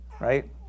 right